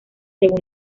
según